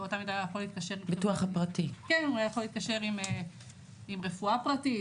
הוא היה יכול להתקשר עם רפואה פרטית,